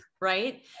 right